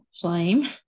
flame